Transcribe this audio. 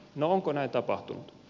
no onko näin tapahtunut